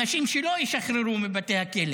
האנשים שלו ישחררו מבתי הכלא